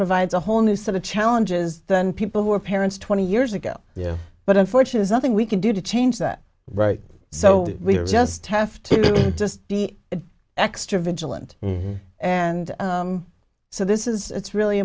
provides a whole new set of challenges than people who are parents twenty years ago yeah but unfortunately nothing we can do to change that right so we just have to just be extra vigilant and so this is it's really